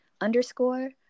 underscore